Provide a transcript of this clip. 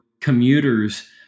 commuters